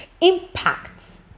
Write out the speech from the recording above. impacts